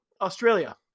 Australia